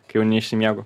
kai jau neišsimiegu